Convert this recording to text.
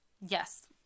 yes